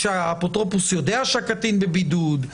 כשהאפוטרופוס יודע שהקטין בבידוד,